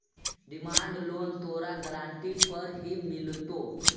demand loan तोरा guarantee पर ही मिलतो